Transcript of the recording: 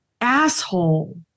Asshole